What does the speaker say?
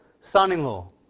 son-in-law